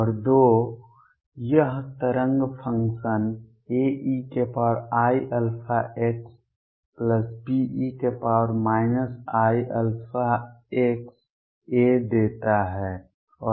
और दो यह तरंग फंक्शन AeiαxBe iαxA देता है